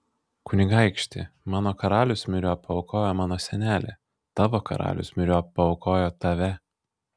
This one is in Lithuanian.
kunigaikšti mano karalius myriop paaukojo mano senelį tavo karalius myriop paaukojo tave